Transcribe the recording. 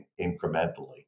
incrementally